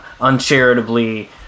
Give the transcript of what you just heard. uncharitably